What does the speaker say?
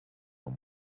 dans